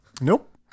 Nope